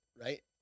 right